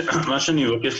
שפעמיים,